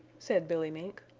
said billy mink.